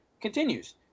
continues